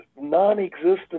non-existent